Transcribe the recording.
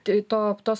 tai to tos